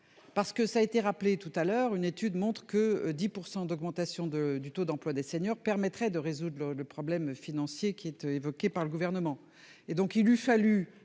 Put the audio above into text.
parce que ça été rappelé tout à l'heure une étude montre que 10% d'augmentation de du taux d'emploi des seniors permettrait de résoudre le problème financier qui était évoqué par le gouvernement